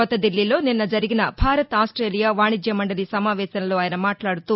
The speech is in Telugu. కొత్తదిల్లీలో నిన్న జరిగిన భారత్ ఆస్టేలియా వాణిజ్య మండలి సమావేశంలో ఆయన మాట్లాడుతూ